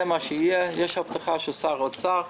יש הבטחה של שר אוצר.